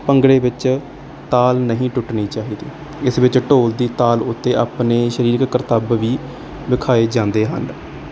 ਭੰਗੜੇ ਵਿੱਚ ਤਾਲ ਨਹੀਂ ਟੁੱਟਣੀ ਚਾਹੀਦੀ ਇਸ ਵਿੱਚ ਢੋਲ ਦੀ ਤਾਲ ਉੱਤੇ ਆਪਣੇੇ ਸਰੀਰ ਕਰਤੱਬ ਵੀ ਵਿਖਾਏ ਜਾਂਦੇ ਹਨ